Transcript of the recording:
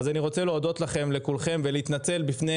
אז אני רוצה להודות לכולכם ולהתנצל בפני